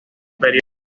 período